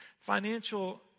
Financial